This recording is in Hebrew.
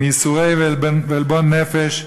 "מייסורי ועלבון נפש,